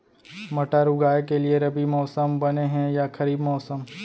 मटर उगाए के लिए रबि मौसम बने हे या खरीफ मौसम?